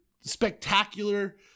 spectacular